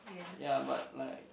ya but like